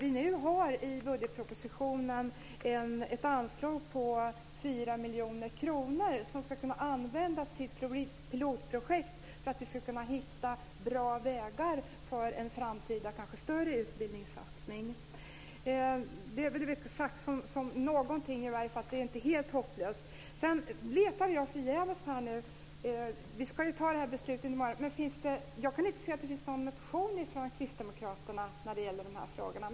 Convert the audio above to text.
I budgetpropositionen finns nu ett anslag på 4 miljoner kronor som ska kunna användas i pilotprojekt för att hitta bra vägar för en eventuell framtida större utbildningssatsning. Detta är i alla fall någonting - det är inte helt hopplöst. Vi ska ju fatta det här beslutet i morgon. Jag letar förgäves, och kan inte se att det finns någon motion från Kristdemokraterna när det gäller de här frågorna.